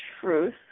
truth